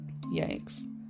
Yikes